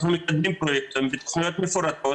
אנחנו מקדמים פרויקטים ותוכניות מפורטות